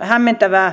hämmentävää